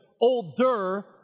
older